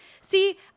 See